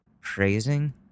praising